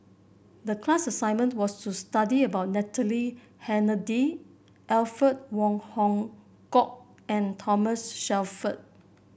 the class assignment was to study about Natalie Hennedige Alfred Wong Hong Kwok and Thomas Shelford